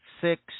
six